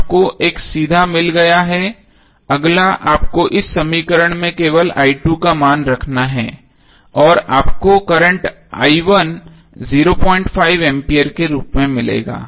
आपको एक सीधा मिल गया है अगला आपको इस समीकरण में केवल का मान रखना है और आपको करंट 05 एम्पीयर के रूप में मिलेगा